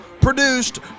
Produced